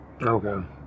Okay